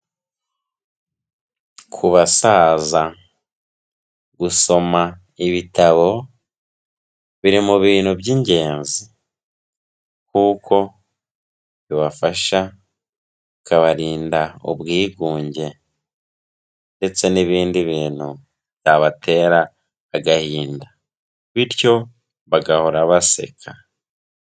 Ku basaza, gusoma ibitabo, biri mu bintu by'ingenzi, kuko bibafasha, bikabarinda ubwigunge, ndetse n'ibindi bintu byabatera agahinda, bityo bagahora baseka.